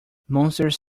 monsters